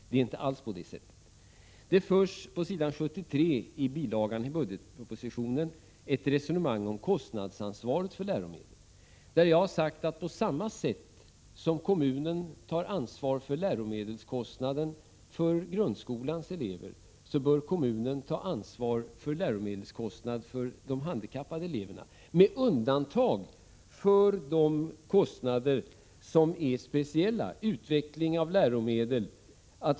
Det är inte alls på det sättet. På s. 73 i bilagan till budgetpropositionen förs ett resonemang om kostnadsansvaret för läromedel. Där har jag sagt att på samma sätt som kommunen tar ansvar för läromedelskostnaden för grundskolans elever bör kommunen ta ansvar för läromedelskostnad för de handikappade eleverna, med undantag för de kostnader som är speciella.